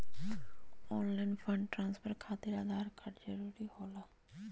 Online fund transfer खातिर Aadhaar card जरूरी होला?